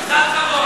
קצת כבוד.